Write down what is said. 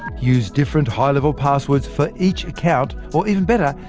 use different, high level passwords for each account or even better,